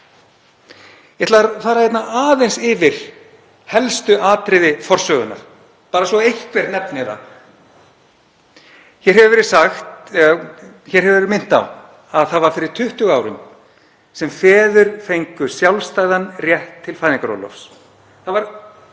Ég ætla að fara aðeins yfir helstu atriði forsögunnar, bara svo að einhver nefni þau. Hér hefur verið minnt á að það var fyrir 20 árum sem feður fengu sjálfstæðan rétt til fæðingarorlofs. Það var